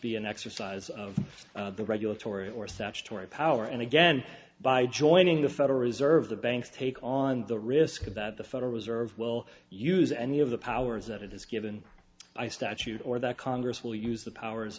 be an exercise of the regulatory or statutory power and again by joining the federal reserve the banks take on the risk that the federal reserve will use any of the powers that it is given by statute or that congress will use the powers